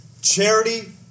charity